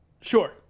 Sure